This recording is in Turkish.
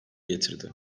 getirdi